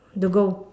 the goal